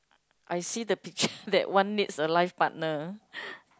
I see the picture that one needs a life partner